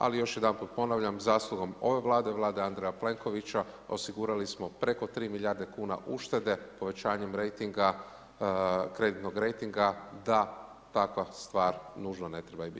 Ali, još jedanput ponavljam, zaslugom ove vlade, vlade Andreja Plenkovića, osigurali smo preko 3 milijarde kuna uštede, povećanjem rejting, kreditnog rejtinga, da takva stvar nužno ne treba i biti.